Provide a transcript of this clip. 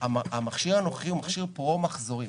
המכשיר הנוכחי הוא מכשיר פרו מחזורי,